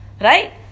Right